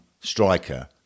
striker